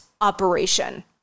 operation